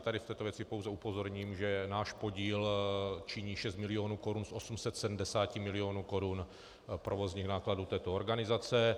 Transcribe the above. Tady v této věci pouze upozorním, že náš podíl činí 6 milionů korun z 870 milionů korun provozních nákladů této organizace.